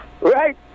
right